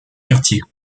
quartier